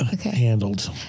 handled